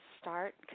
start